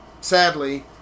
sadly